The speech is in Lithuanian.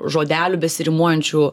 žodelių besirimuojančių